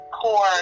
core